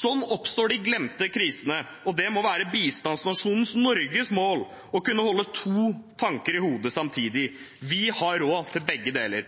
Sånn oppstår de glemte krisene. Det må være bistandsnasjonen Norges mål å kunne holde to tanker i hodet samtidig. Vi har råd til begge deler.